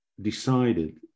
decided